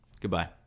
Goodbye